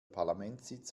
parlamentssitz